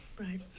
Right